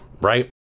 right